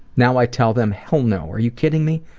now i tell them hell no. are you kidding me?